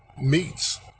meats